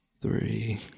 three